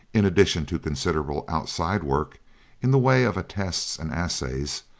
in addition to considerable outside work in the way of attests and assays,